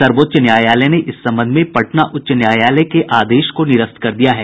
सर्वोच्च न्यायालय ने इस संबध में पटना उच्च न्यायालय के आदेश को निरस्त कर दिया है